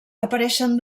apareixen